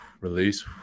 release